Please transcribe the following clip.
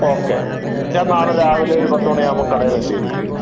okay ഞാൻ നാളെ രാവിലെ ഒരു പത്തുമണി ആവുമ്പോൾ കടയിൽ എത്തിയിരിക്കും